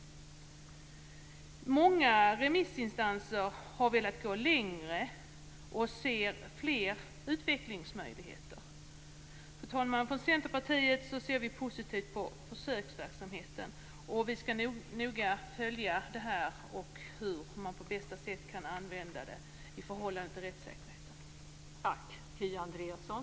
Många remissinstanser har velat gå längre och ser fler utvecklingsmöjligheter. Fru talman! Från Centerpartiet ser vi positivt på försöksverksamheten. Vi skall noga följa hur man på bästa sätt kan använda tekniken i förhållande till rättssäkerheten.